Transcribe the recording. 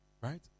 Right